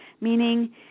meaning